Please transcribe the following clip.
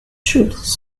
troops